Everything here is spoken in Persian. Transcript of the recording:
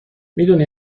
میدونی